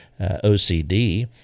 OCD